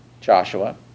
Joshua